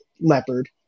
leopard